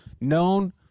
known